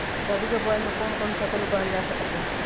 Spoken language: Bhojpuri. रबी के बोआई मे कौन कौन फसल उगावल जा सकत बा?